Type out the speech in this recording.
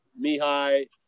mihai